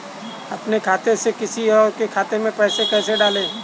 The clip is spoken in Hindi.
अपने खाते से किसी और के खाते में पैसे कैसे डालें?